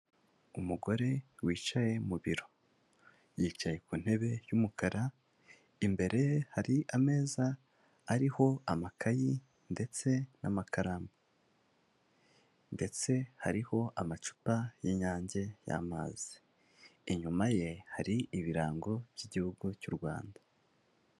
Umugore wicaye mu biro, yicaye ku ntebe y'umukara imbere ye hari ameza ariho amakayi ndetse n'amakaramu ndetse hariho amacupa y'Inyange y'amazi. Inyuma ye hari ibirango by'igihugu cy'u Rwanda.